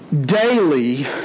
Daily